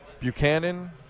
Buchanan